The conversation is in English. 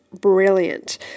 brilliant